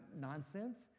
nonsense